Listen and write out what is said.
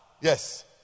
Yes